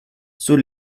zur